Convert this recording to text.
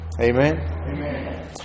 Amen